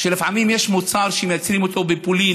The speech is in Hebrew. שלפעמים יש מוצר שמייצרים אותו בפולין,